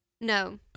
No